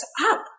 up